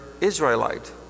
Israelite